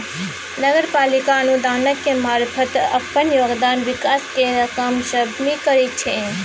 नगर पालिका अनुदानक मारफत अप्पन योगदान विकास केर काम सब मे करइ छै